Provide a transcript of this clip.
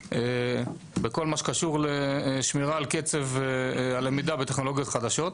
בכל מה שקשור לשמירה על קצב הלמידה בטכנולוגיות חדשות,